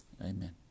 Amen